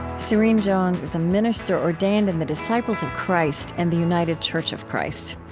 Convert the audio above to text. serene jones is a minister ordained in the disciples of christ and the united church of christ.